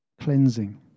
cleansing